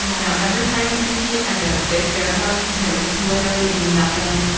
now, every time he sees me, i get a big bear hug. and there's literally nothing